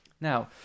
Now